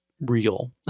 real